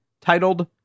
titled